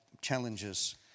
challenges